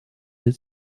hit